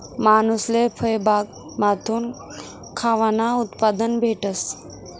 मानूसले फयबागमाथून खावानं उत्पादन भेटस